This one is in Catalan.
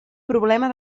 problema